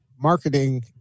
marketing